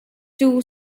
two